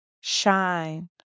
shine